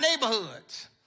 neighborhoods